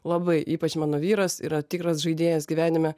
labai ypač mano vyras yra tikras žaidėjas gyvenime